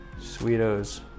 sweetos